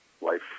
life